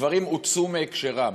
דברים הוצאו מהקשרם,